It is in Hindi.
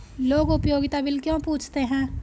लोग उपयोगिता बिल क्यों पूछते हैं?